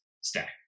stack